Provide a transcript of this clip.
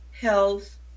health